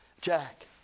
Jack